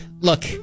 Look